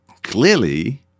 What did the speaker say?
Clearly